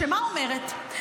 שמה אומרת?